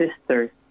sister